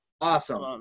Awesome